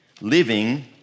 living